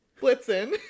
Blitzen